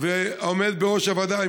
והעומד בראש הוועדה,